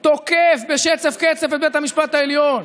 תוקף בשצף-קצף את בית המשפט העליון,